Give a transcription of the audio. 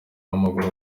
w’amaguru